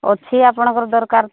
ଅଛି ଆପଣଙ୍କର ଦରକାର